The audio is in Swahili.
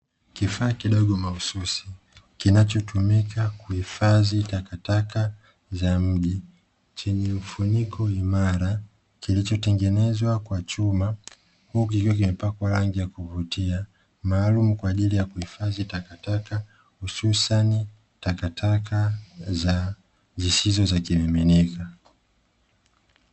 Kifaa kidogo mahususi kinachotumika kuhifadhi takataka za mji, chenye mfuniko imara, kilichotengenezwa kwa chuma huku kikiwa kimepakwa rangi ya kuvutia maalumu kwa ajili ya kuhifadhi takataka hususani takataka za zisizo za kimiminika.